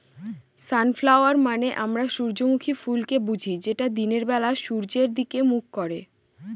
sunflower মানে আমরা সূর্যমুখী ফুলকে বুঝি যেটা দিনের বেলা সূর্যের দিকে মুখ করে